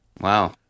Wow